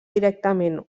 directament